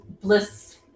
bliss